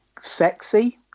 sexy